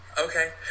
Okay